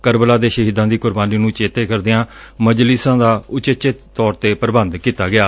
ਕਰਬਲਾ ਦੇ ਸ਼ਹੀਦਾਂ ਦੀ ਕੁਰਬਾਨੀ ਨੂੰ ਚੇਤੇ ਕਰਦਿਆਂ ਮਜਲਿਮਾਂ ਦਾ ਉਚੇ ਤੌਰ ਤੇ ਪੁਬੰਧ ਕੀਤਾ ਗਿਐ